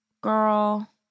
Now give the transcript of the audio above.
girl